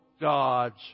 God's